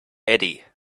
eddie